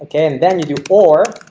and then you do or